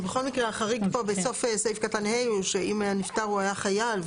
החריג פה בסוף סעיף קטן (ה) הוא שאם הנפטר היה חייל,